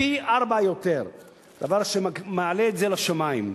פי-ארבעה, דבר שמעלה את זה לשמים.